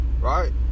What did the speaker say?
Right